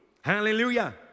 Hallelujah